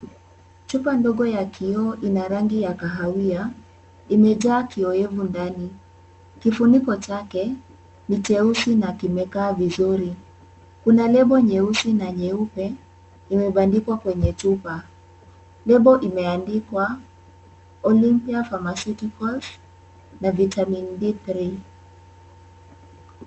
Chupa ndogo ya kioo ina rangi ya kahawia imejaa kiowevu ndani. Kifuniko chake ni cheusi na kimekaa vizuri. Kuna lebo nyeusi na nyeupe imebandikwa kwenye chupa. Lebo imeandikwa Olympia pharmaceuticals na vitamin D3 .